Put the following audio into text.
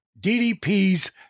DDP's